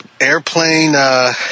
Airplane